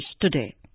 today